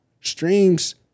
streams